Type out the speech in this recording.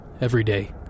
everyday